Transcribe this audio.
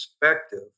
perspective